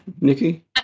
Nikki